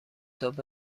تاپ